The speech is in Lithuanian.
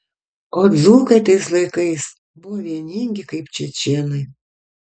o dzūkai tais laikais buvo vieningi kaip čečėnai